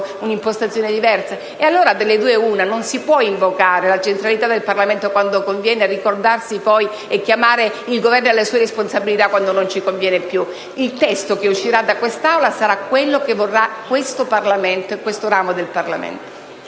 un'impostazione diversa? Delle due l'una: non si può invocare la centralità del Parlamento quando conviene e richiamare poi il Governo alle sue responsabilità quando non ci conviene più! Il testo che uscirà da questa Aula sarà quello che vorrà questo ramo del Parlamento.